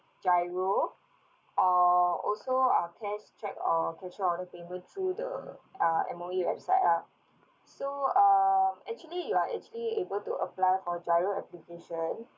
GIRO or also uh cash cheque or cashier order payment through the uh M_O_E website lah so um actually you are actually able to apply for GIRO application